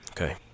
Okay